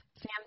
Sam